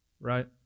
right